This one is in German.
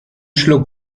schluck